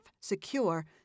secure